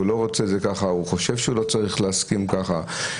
הוא חושב שהוא לא צריך להסכים ככה.